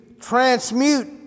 transmute